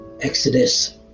Exodus